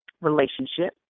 relationship